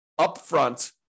upfront